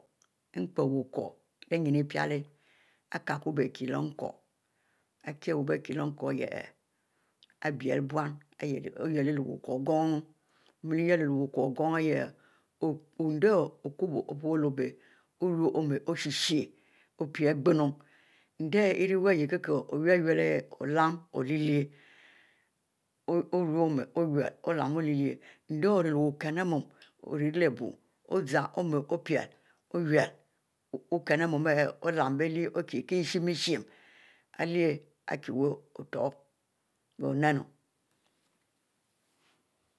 Enpie bie creh leh ennu pieleh ari kieh biekiluk ikie wubiekilunku ari bie bie core gonn oru omiel shie-shieh opie ighienu endieh ari k shieh-shieh, endieh ariwuie ayeh ko iyuleh iyu ari olam oyleieh, olam oleh-leh endieh ori leh wukin anu opie, oyleh olam orolyieh ari oririeleh bie opie oma oyule olem bieiylieh okie bukim amu irieh leh iki wuo oyur leh oninu